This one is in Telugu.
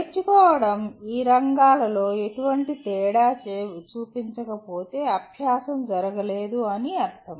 నేర్చుకోవడం ఈ రంగాలలో ఎటువంటి తేడా చూపించకపోతే అభ్యాసం జరగలేదు అని అర్థం